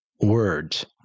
words